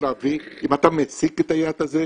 אם אתה משיג את היעד הזה,